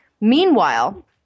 Meanwhile